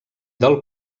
del